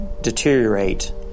deteriorate